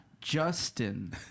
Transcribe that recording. Justin